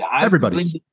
Everybody's